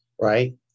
Right